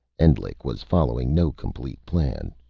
endlich was following no complete plan.